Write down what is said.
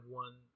one